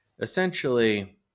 essentially